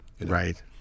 right